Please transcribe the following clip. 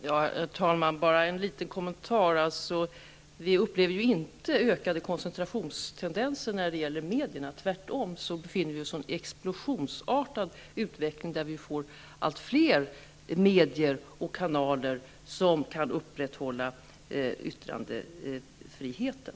Herr talman! Bara en liten kommentar. Vi upplever inte ökade koncentrationstendenser när det gäller medierna. Tvärtom befinner vi oss i en explosionsartad utveckling, där vi får allt fler medier och kanaler som kan upprätthålla yttrandefriheten.